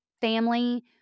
family